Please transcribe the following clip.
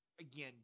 Again